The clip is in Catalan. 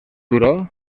turó